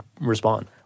respond